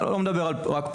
אני לא מדבר רק על פריפריה,